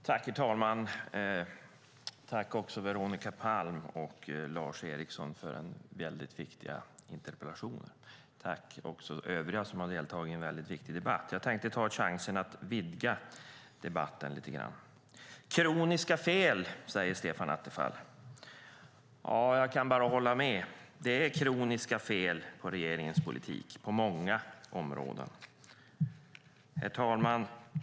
Herr talman! Tack, Veronica Palm och Lars Eriksson, för väldigt viktiga interpellationer! Tack också övriga som har deltagit i en viktig debatt! Jag tänkte ta chansen att vidga debatten lite grann. Kroniska fel, säger Stefan Attefall. Ja, jag kan bara hålla med. Det är kroniska fel på regeringens politik på många områden. Herr talman!